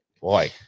Boy